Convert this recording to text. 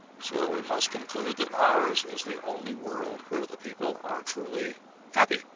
so we must conclude that ours is the only world where the people are truly happy.